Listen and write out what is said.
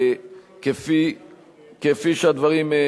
כפי שהדברים,